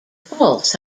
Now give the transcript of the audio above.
false